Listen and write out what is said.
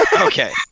okay